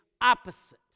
opposite